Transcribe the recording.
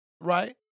right